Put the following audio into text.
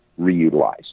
reutilized